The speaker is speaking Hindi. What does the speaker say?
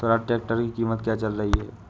स्वराज ट्रैक्टर की कीमत क्या चल रही है?